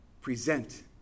present